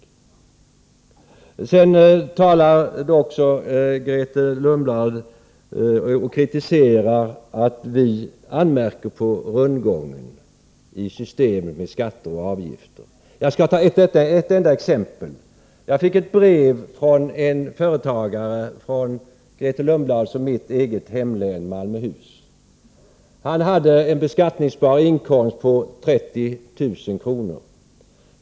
Grethe Lundblad kritiserade sedan moderaterna därför att vi anmärker på rundgången i systemet med skatter och avgifter. Låt mig ta ett enda exempel. Jag fick ett brev från en företagare i Grethe Lundblads och mitt eget hemlän, Malmöhus län. Han hade en beskattningsbar inkomst på 30000 kr.